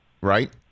right